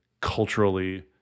culturally